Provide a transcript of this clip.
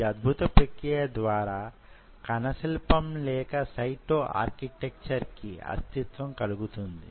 ఈ అద్భుత ప్రక్రియ ద్వారా కణ శిల్పం లేక సైటో ఆర్కిటెక్చర్ కి అస్తిత్వం కలుగుతుంది